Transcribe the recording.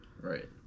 right